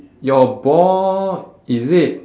your ball is it